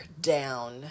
down